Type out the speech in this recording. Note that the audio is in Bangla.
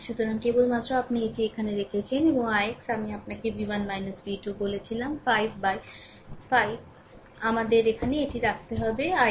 সুতরাং কেবলমাত্র আপনি এটি সেখানে রেখেছেন এবং ix আমি আপনাকে v1 v2 বলেছিলাম 5 আমাদের এখানে এটি রাখতে হবে ix